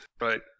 right